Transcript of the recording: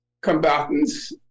combatants